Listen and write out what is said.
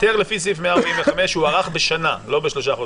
היתר לפי סעיף 145 הוארך בשנה, לא בשלושה חודשים.